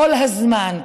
כל הזמן,